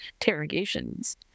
interrogations